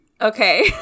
Okay